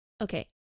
okay